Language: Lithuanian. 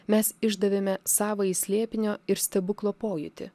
mes išdavėme savąjį slėpinio ir stebuklo pojūtį